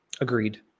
Agreed